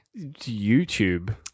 YouTube